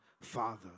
Father